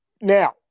Now